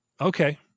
Okay